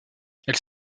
elle